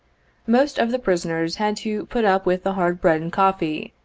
most of the prisoners had to put up with the hard bread and coffee,